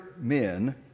men